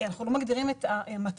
אנחנו לא מגדירים את המטרות.